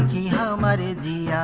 he homered at